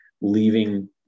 leaving